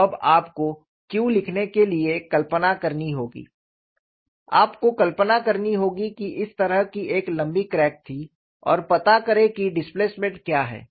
तो अब आपको Q लिखने के लिए कल्पना करनी होगी आपको कल्पना करनी होगी कि इस तरह की एक लंबी क्रैक थी और पता करें कि डिस्प्लेसमेंट क्या है